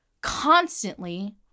constantly